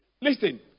Listen